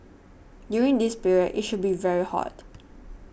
during this period it should be very hot